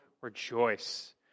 rejoice